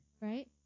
right